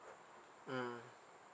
mm